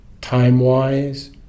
time-wise